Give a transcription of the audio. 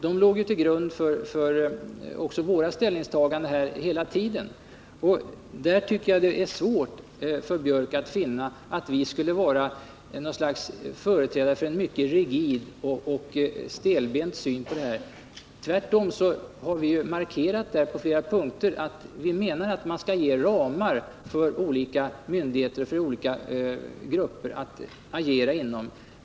De låg ju också till grund för våra ställningstaganden senare, under 1977 och 1978. Jag tycker att det bör vara svårt för Gunnar Biörck att där finna att vi skulle vara företrädare för en mycket rigid, en mycket stelbent syn på denna fråga. Tvärtom har vi där på flera punkter markerat att vi menar att man skall ge ramar för olika myndigheter och grupper att agera inom.